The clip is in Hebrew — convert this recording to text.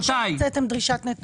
הוצאתם מכתב דרישת נתונים.